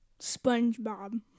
Spongebob